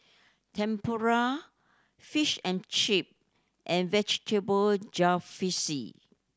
Tempura Fish and Chip and Vegetable Jalfrezi